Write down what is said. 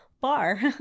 bar